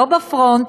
לא בפרונט.